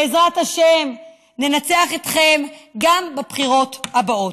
בעזרת השם, ננצח אתכם גם בבחירות הבאות.